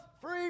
free